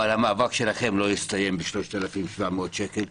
אבל המאבק שלכם לא יסתיים ב-3,700 שקל.